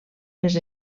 les